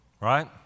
right